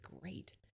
great